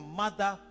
mother